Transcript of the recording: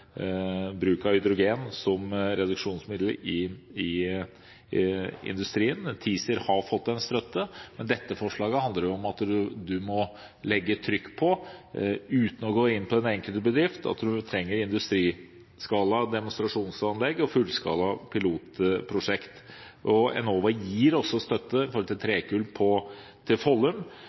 bruk av hydrogen som reduksjonsmiddel i industrien. TiZir har fått støtte, men dette forslaget handler om at man må, uten å gå inn på den enkelte bedrift, legge trykk på at man trenger industriskala demonstrasjonsanlegg og fullskala pilotprosjekt. Enova gir støtte til trekull til Follum. Vi må legge trykk på økt bruk av trekull i ferrolegeringsindustrien og også på